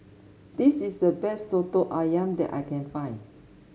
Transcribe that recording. this is the best soto ayam that I can find